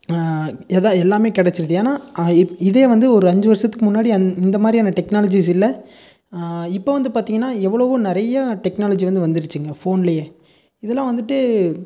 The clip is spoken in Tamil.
எல்லாம் எல்லாம் கிடச்சிருது ஏன்னா இதே இதே வந்து ஒரு அஞ்சு வருஷத்துக்கு முன்னாடி அந் இந்த மாதிரியான டெக்னாலஜிஸ் இல்லை இப்போ வந்து பார்த்தீங்கனா எவ்வளவோ நிறையா டெக்னாலஜி வந்து வந்துடுச்சுங்க ஃபோன்லேயே இதெலாம் வந்துட்டு